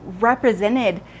represented